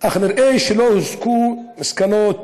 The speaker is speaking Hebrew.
אך נראה שלא הוסקו מסקנות